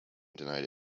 denied